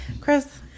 Chris